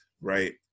right